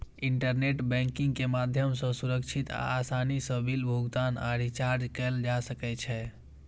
internet banking के माध्यम सं सुरक्षित आ आसानी सं बिल भुगतान आ रिचार्ज कैल जा सकै छै